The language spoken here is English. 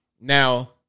Now